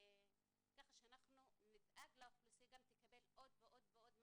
אנחנו נדאג לאוכלוסייה שתקבל עוד ועוד ועוד מענה,